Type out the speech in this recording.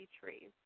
trees